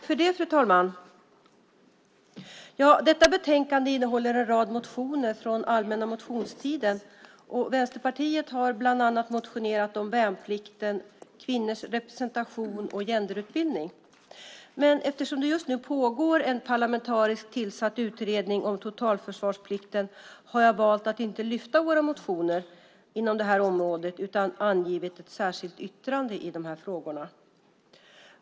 Fru talman! Detta betänkande innehåller en rad motioner från allmänna motionstiden. Vänsterpartiet har bland annat motionerat om värnplikten, kvinnors representation och genderutbildning. Eftersom det just nu pågår en parlamentariskt tillsatt utredning om totalförsvarsplikten har jag valt att inte lyfta fram våra motioner inom det området utan avgivit ett särskilt yttrande i de frågorna.